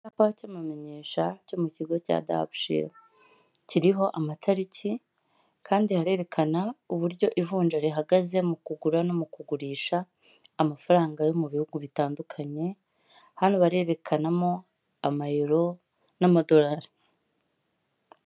Icyapa kimumenyesha cyo mu kigo cya DAHABSHIIL kiriho amatariki kandi, harerekana uburyo ivunja rihagaze mu kugura no mu kugurisha amafaranga yo mu bihugu bitandukanye. hano barerekanamo ama EURO n'amadolari.